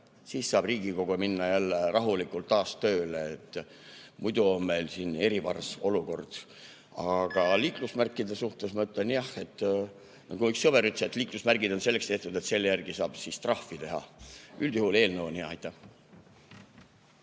siis saab Riigikogu jälle rahulikult taas tööle minna. Muidu on meil siin erivars-olukord. Aga liiklusmärkide kohta ma ütlen, jah ... Mul üks sõber ütles, et liiklusmärgid on selleks tehtud, et nende järgi saab trahvi teha. Üldjuhul eelnõu on hea. Aitäh!